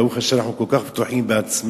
ברוך השם, אנחנו כל כך בטוחים בעצמנו,